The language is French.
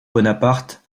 bonaparte